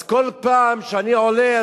אז כל פעם שאני עולה,